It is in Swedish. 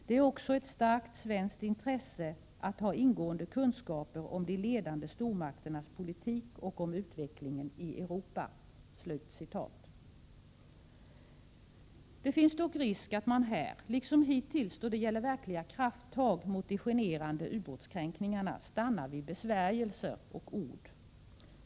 Det är också ett starkt svenskt intresse att ha ingående kunskaper om de ledande stormakternas politik och om utvecklingen i Europa.” Det finns dock risk för att regeringen här, liksom hittills då det gäller verkliga krafttag mot de generande ubåtskränkningarna, stannar vid besvärjelser och ord.